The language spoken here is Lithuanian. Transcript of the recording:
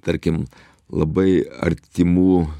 tarkim labai artimų